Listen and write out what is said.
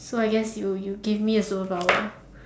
so I guess you you give me a superpower